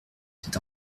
cet